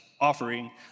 offering